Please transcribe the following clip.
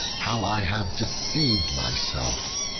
how i have deceived myself!